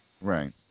Right